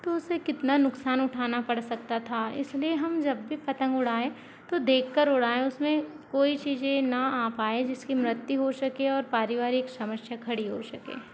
तो उसे कितना नुकसान उठाना पड़ सकता था इसलिए हम जब भी पतंग उड़ाये तो देख कर उड़ाए उसमे कोई चीज़ें ना आ पाए जिसकी मृत्यु हो सके और पारिवारिक समस्या खड़ी हो सके